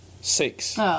Six